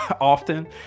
often